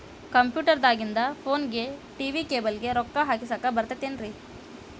Computer ದಾಗಿಂದ್ ಫೋನ್ಗೆ, TV cable ಗೆ, ರೊಕ್ಕಾ ಹಾಕಸಾಕ್ ಬರತೈತೇನ್ರೇ?